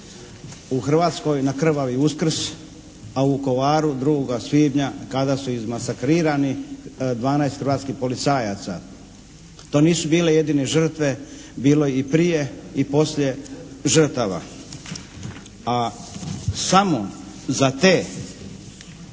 u Hrvatskoj na krvavi Uskrs, a u Vukovaru 2. svibnja kada su izmasakrirani 12 hrvatskih policajaca. To nisu bile jedine žrtve. Bilo ih je i prije i poslije žrtava, a samo za te